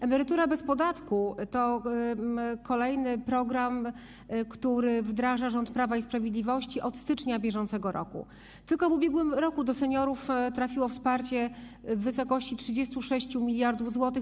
Emerytura bez podatku to kolejny program, który wdraża rząd Prawa i Sprawiedliwości od stycznia br. Tylko w ubiegłym roku do seniorów trafiło wsparcie w wysokości 36 mld zł.